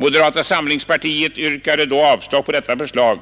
Moderata samlingspartiet yrkade avslag på detta förslag,